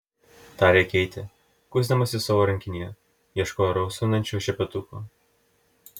tarė keitė kuisdamasi savo rankinėje ieškojo rausvinančio šepetuko